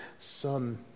Son